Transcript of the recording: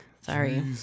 Sorry